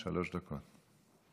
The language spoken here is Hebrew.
שלוש דקות.